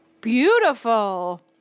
Beautiful